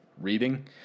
reading